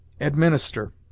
Administer